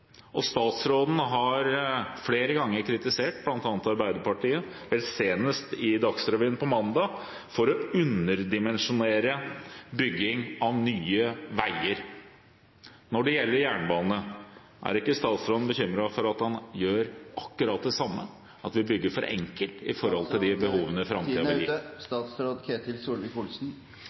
Statsråden har flere ganger kritisert bl.a. Arbeiderpartiet, vel senest i Dagsrevyen mandag, for å underdimensjonere bygging av nye veier. Er ikke statsråden bekymret for at han gjør akkurat det samme når det gjelder jernbane – at vi bygger for enkelt sett i forhold til de behovene